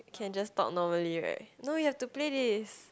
can just talk normally right no we have to play this